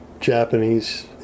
Japanese